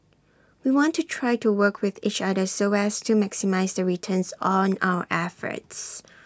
we want to try to work with each other so as to maximise the returns on our efforts